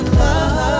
love